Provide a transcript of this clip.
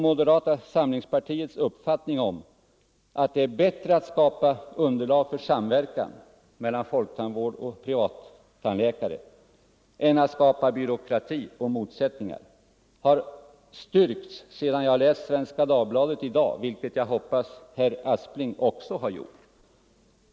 Moderata samlingspartiets och min egen uppfattning att det är bättre att skapa underlag för samverkan mellan folktandvård och privattandläkare än att skapa byråkrati och motsättningar har styrkts efter att jag läst Svenska Dagbladet i dag, vilket jag hoppas att herr Aspling också har gjort.